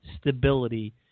stability